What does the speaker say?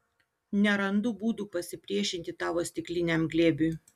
nerandu būdų pasipriešinti tavo stikliniam glėbiui